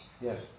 Yes